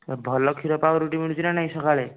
ଭଲ କ୍ଷୀର ପାଉଁରୁଟି ମିଳୁଛି ନା ନାହିଁ ସକାଳେ